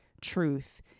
truth